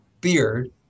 beard